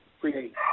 create